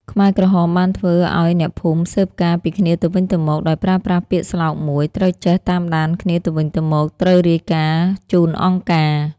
ខ្មែរក្រហមបានធ្វើឱ្យអ្នកភូមិស៊ើបការណ៍ពីគ្នាទៅវិញទៅមក ដោយប្រើប្រាស់ពាក្យស្លោកមួយ “ត្រូវចេះ តាមដានគ្នាទៅវិញទៅមក ត្រូវរាយការណ៍ជូនអង្គការ”។